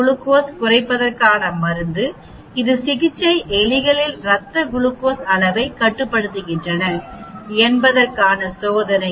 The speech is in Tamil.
இரத்த குளுக்கோஸ்குறைப்பதற்காக மருந்து இது சிகிச்சை எலிகளில் ரத்த குளுக்கோஸ் அளவை கட்டுப்படுத்துகின்றன என்பதற்கான சோதனை